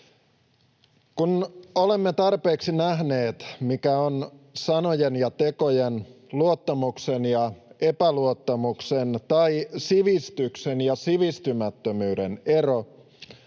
Kun olemme tarpeeksi nähneet, mikä on sanojen ja tekojen, luottamuksen ja epäluottamuksen tai sivistyksen ja sivistymättömyyden ero,